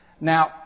Now